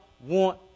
want